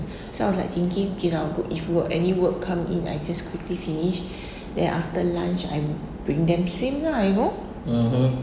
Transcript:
so I was like thinking okay lah got if got any work come in I just quickly finish then after lunch I bring them swim lah you know